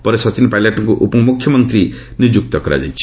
ପରେ ସଚିନ ପାଇଲଟ୍ଙ୍କୁ ଉପମୁଖ୍ୟମନ୍ତ୍ରୀ ନିଯୁକ୍ତ କରାଯାଇଛି